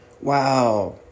Wow